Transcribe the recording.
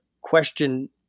question